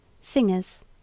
singers